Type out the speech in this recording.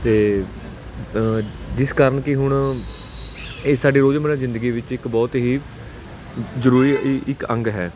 ਅਤੇ ਜਿਸ ਕਾਰਨ ਕਿ ਹੁਣ ਇਹ ਸਾਡੇ ਰੋਜ਼ਮਰਾ ਦੀ ਜ਼ਿੰਦਗੀ ਵਿੱਚ ਇੱਕ ਬਹੁਤ ਹੀ ਜ਼ਰੂਰੀ ਹੀ ਇੱਕ ਅੰਗ ਹੈ